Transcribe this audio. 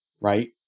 right